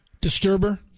Disturber